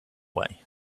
way